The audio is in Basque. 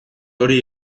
hori